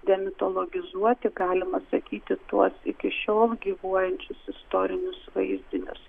demitologizuoti galima sakyti tuos iki šiol gyvuojančius istorinius vaizdinius